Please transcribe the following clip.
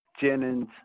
Jennings